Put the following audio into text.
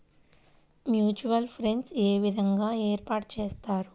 Mutual funds ఏ విధంగా ఏర్పాటు చేస్తారు?